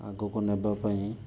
ଆଗକୁ ନେବାପାଇଁ